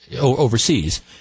overseas